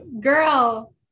girl